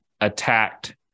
attacked